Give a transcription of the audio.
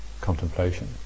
contemplation